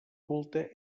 culte